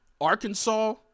Arkansas